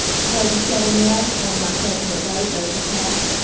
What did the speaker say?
the vote is seven years, one not present at vote, motion pass.